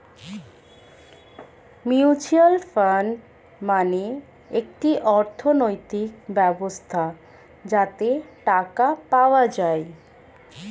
mutual fund মানে একটি অর্থনৈতিক ব্যবস্থা যাতে টাকা পাওয়া যায়